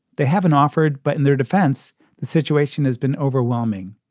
they haven't offered, but in their defense the situation has been overwhelming.